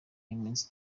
y’iminsi